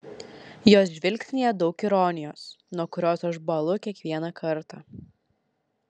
jos žvilgsnyje daug ironijos nuo kurios aš bąlu kiekvieną kartą